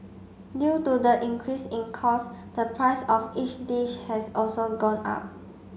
due to the increase in cost the price of each dish has also gone up